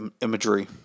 imagery